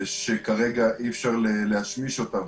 שכרגע אי אפשר להשמיש אותן.